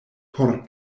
por